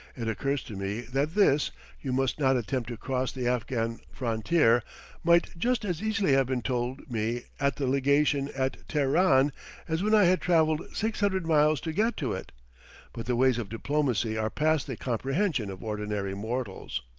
it occurs to me that this you must not attempt to cross the afghan frontier might just as easily have been told me at the legation at teheran as when i had travelled six hundred miles to get to it but the ways of diplomacy are past the comprehension of ordinary mortals.